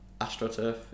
AstroTurf